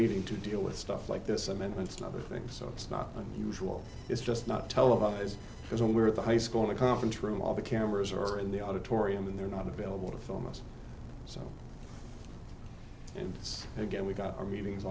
meeting to deal with stuff like this amendments to other things so it's not unusual it's just not televised because when we're at the high school in the conference room all the cameras are in the auditorium and they're not available to film us so and again we've got our meetings